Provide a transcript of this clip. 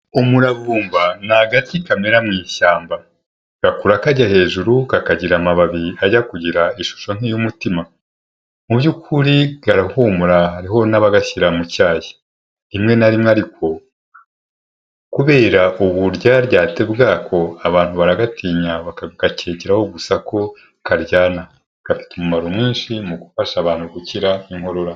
Umuravumba ni agati kamera mu ishyamba, gakura kajya hejuru kakagira amababi ajya kugira ishusho nk'iy'umutima, mu by'ukuri karahumura hariho n'abagashyira mu cyayi, rimwe na rimwe ariko kubera uburyaryate bwako abantu baragatinya bakagakekeraho gusa ko karyana, gafite umumaro mwinshi mu gufasha abantu gukira inkorora.